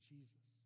Jesus